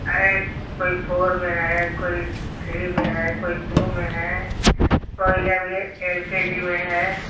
अरे कोई फोर में है कोई थ्री में है कोई टू में है कोई अभी एल के जी में है